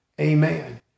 Amen